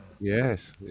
Yes